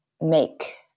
make